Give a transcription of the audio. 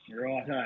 Right